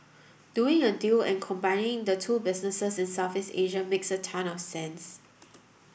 doing a deal and combining the two businesses in Southeast Asia makes a ton of sense